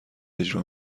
اجرا